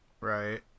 Right